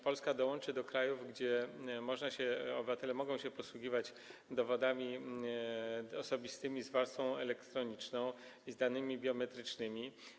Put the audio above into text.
Polska dołączy do krajów, gdzie obywatele mogą się posługiwać dowodami osobistymi z warstwą elektroniczną i z danymi biometrycznymi.